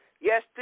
yes